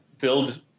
build